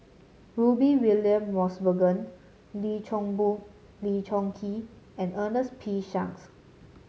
Rudy William Mosbergen Lee Choon Lee Choon Kee and Ernest P Shanks